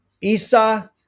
Isa